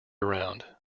around